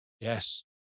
yes